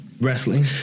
Wrestling